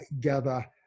gather